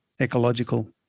ecological